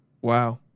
Wow